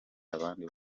abandi